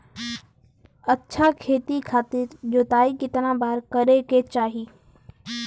अच्छा खेती खातिर जोताई कितना बार करे के चाही?